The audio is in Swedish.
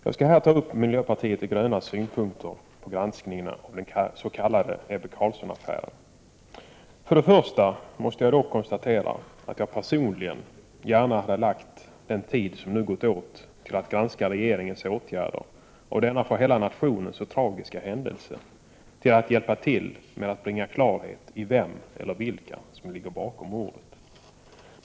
Fru talman! Jag skall här ta upp miljöpartiet de grönas synpunkter på granskningen av den s.k. Ebbe Carlsson-affären. För det första måste jag då konstatera att jag personligen gärna hade använt den tid som nu gått åt till att granska regeringens åtgärder i denna för hela nationen så tragiska händelse till att hjälpa till med att bringa klarhet i vem eller vilka som ligger bakom mordet.